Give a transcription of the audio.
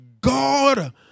God